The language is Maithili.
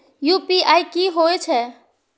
यू.पी.आई की होई छै?